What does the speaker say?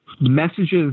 Messages